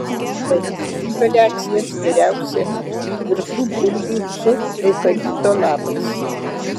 daryti inhaliacijas geriausia virtų bulvių su eukalipto lapais